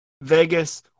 Vegas-